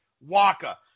Waka